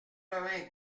vingt